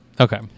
Okay